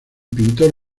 pintor